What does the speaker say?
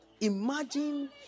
Imagine